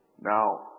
Now